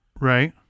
Right